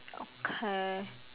okay